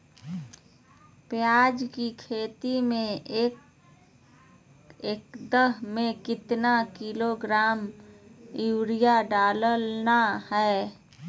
प्याज की खेती में एक एकद में कितना किलोग्राम यूरिया डालना है?